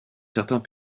certains